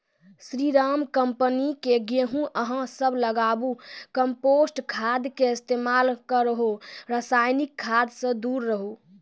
स्री Ram company के गेहूँ अहाँ सब लगाबु कम्पोस्ट खाद के इस्तेमाल करहो रासायनिक खाद से दूर रहूँ?